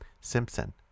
Simpson